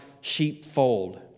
sheepfold